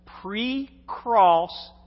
pre-cross